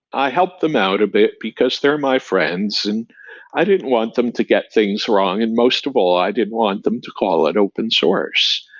i helped them out a bit, because they're friends and i didn't want them to get things wrong. and most of all, i didn't want them to call it open source.